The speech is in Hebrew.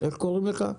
איך קוראים לך?